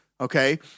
Okay